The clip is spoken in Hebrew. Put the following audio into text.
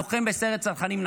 לוחם בסיירת צנחנים,